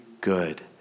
good